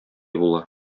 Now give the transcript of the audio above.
була